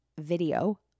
video